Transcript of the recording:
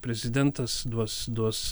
prezidentas duos duos